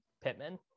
Pittman